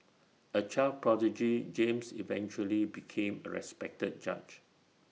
A child prodigy James eventually became A respected judge